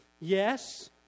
yes